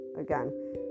again